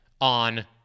on